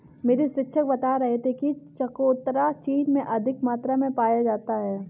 मेरे शिक्षक बता रहे थे कि चकोतरा चीन में अधिक मात्रा में पाया जाता है